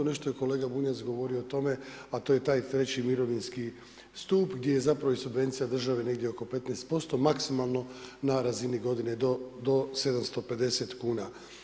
Nešto je kolega Bunjac govorio o tome, a to je taj treći mirovinski stup gdje je zapravo i subvencija država negdje oko 15% maksimalno na razini godine do 750 kuna.